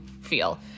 feel